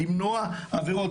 למנוע עבירות,